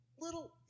little